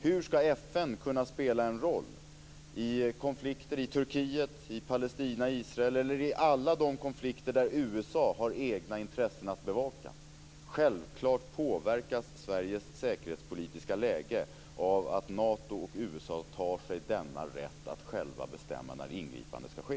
Hur skall FN kunna spela en roll i konflikter i Turkiet, Palestina och Israel, eller i alla de konflikter där USA har egna intressen att bevaka? Självklart påverkas Sveriges säkerhetspolitiska läge av att Nato och USA tar sig denna rätt att själva bestämma när ingripande skall ske.